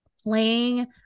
playing